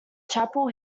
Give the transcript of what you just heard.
chapel